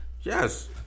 Yes